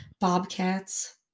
Bobcats